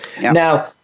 Now